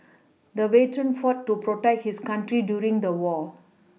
the veteran fought to protect his country during the war